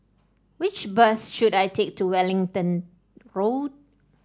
which bus should I take to Wellington Road